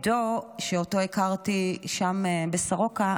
שאותו הכרתי שם בסורוקה,